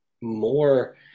more